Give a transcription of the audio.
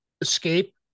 escape